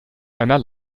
einer